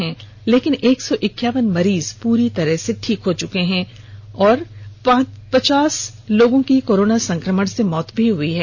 हालांकि एक सौ इक्यावन मरीज पूरी तरह से ठीक हो चुके हैं लेकिन पचास लोगों की कोरोना संकमण से मौत भी हई है